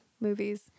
movies